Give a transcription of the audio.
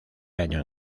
año